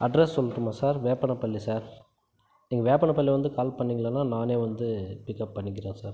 address சொல்லட்டுமா sir Veppanapalli sir நீங்கள் வேப்பனப்பள்ளி வந்து கால் பண்ணிங்களானால் நானே வந்து பிக்அப் பண்ணிக்கிறேன் சார்